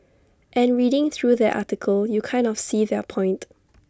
and reading through their article you kind of see their point